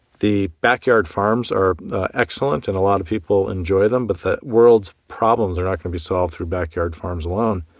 the backyard farms are excellent, and a lot of people enjoy them, but the world's problems are not going to be solved through backyard farms alone.